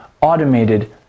automated